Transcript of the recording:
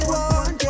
one